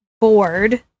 board